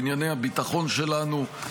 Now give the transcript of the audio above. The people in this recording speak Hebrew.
בענייני הביטחון שלנו.